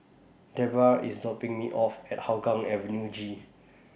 Debra IS dropping Me off At Hougang Avenue G